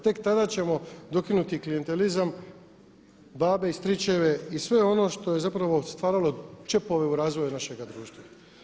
Tek tada ćemo dokinuti klijentelizam babe i stričeve i sve ono što je stvaralo čepove u razvoju našega društva.